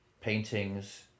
paintings